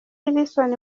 hilson